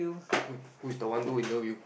who who is the one do interview